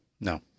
No